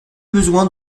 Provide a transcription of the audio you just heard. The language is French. besoin